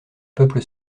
peuple